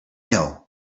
know